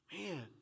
man